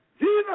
Jesus